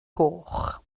goch